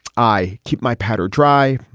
i keep my powder dry.